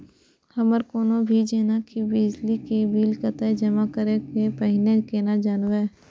हमर कोनो भी जेना की बिजली के बिल कतैक जमा करे से पहीले केना जानबै?